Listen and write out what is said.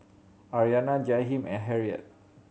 Aryanna Jahiem and Harriett